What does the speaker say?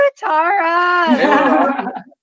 Tara